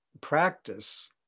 practice